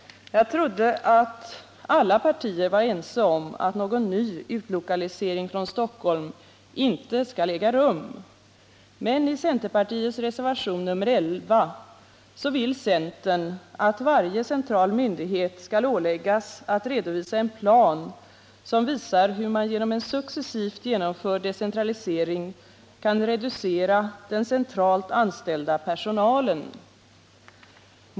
Jag trodde att alla partier var ense om att någon ny utlokalisering från Stockholm inte skall äga rum. Men i centerpartiets reservation nr 11 vill centern att varje central myndighet skall åläggas att redovisa en plan, som visar hur man genom en successivt genomförd decentralisering kan reducera den centralt anställda personalen.